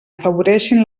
afavoreixin